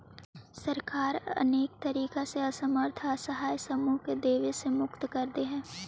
सरकार अनेक तरीका से असमर्थ असहाय समूह के देवे से मुक्त कर देऽ हई